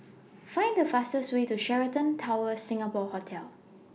Find The fastest Way to Sheraton Towers Singapore Hotel